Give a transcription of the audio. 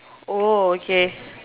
oh okay